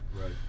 Right